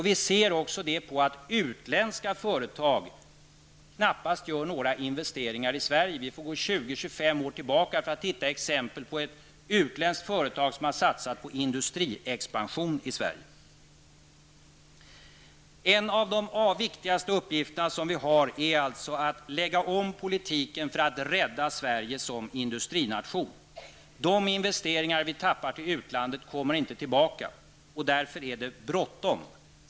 Vi ser det på att utländska företag knappast gör några investeringar i Sverige. Vi får gå 20--25 år tillbaka för att hitta exempel på ett utländskt företag som har satsat på industriexpansion i En av de viktigaste uppgifterna som vi har är att lägga om politiken för att rädda Sverige som industrination. De investeringar vi tappar till utlandet kommer inte tillbaka. Därför är det bråttom.